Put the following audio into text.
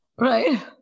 Right